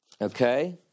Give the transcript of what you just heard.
Okay